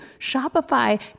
Shopify